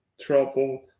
trouble